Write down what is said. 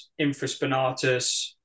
infraspinatus